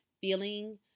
feeling